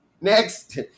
Next